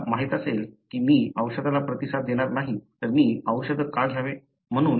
जर मला माहित असेल की मी औषधाला प्रतिसाद देणारा नाही तर मी औषध का घ्यावे